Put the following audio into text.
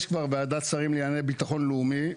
יש כבר ועדת שרים לענייני ביטחון לאומי,